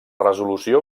resolució